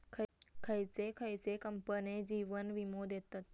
खयचे खयचे कंपने जीवन वीमो देतत